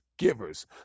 givers